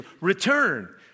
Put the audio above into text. return